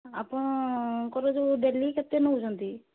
ଆପଣଙ୍କର ଯେଉଁ ଡେଲି କେତେ ନେଉଛନ୍ତି